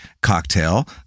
cocktail